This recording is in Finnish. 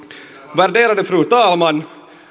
värderade fru talman